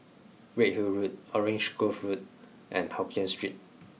Redhill Road Orange Grove Road and Hokien Street